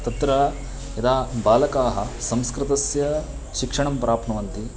तत्र यदा बालकाः संस्कृतस्य शिक्षणं प्राप्नुवन्ति